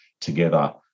together